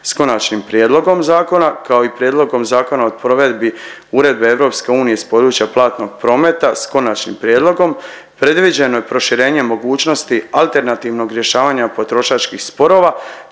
s konačnim prijedlogom zakona kao i Prijedlogom zakona o provedbi uredbe EU iz područja platnog prometa s konačnim prijedlogom, predviđeno je proširenje mogućnosti alternativnog rješavanja potrošačkih sporova